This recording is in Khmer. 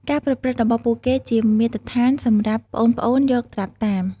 ការប្រព្រឹត្តរបស់ពួកគេជា មាត្រដ្ឋាន សម្រាប់ប្អូនៗយកត្រាប់តាម។